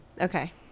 Okay